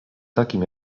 takim